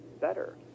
better